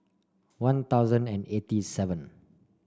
One Thousand and eighty seven